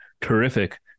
terrific